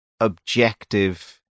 Objective